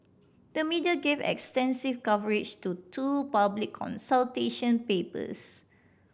the media gave extensive coverage to two public consultation papers